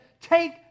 Take